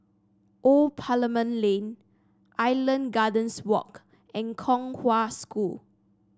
Old Parliament Lane Island Gardens Walk and Kong Hwa School